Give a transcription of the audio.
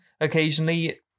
occasionally